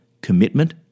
commitment